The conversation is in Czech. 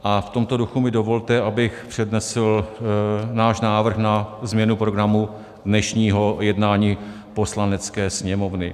A v tomto duchu mi dovolte, abych přednesl náš návrh na změnu programu dnešního jednání Poslanecké sněmovny.